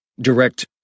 direct